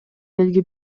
белги